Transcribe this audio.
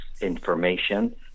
information